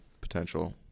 potential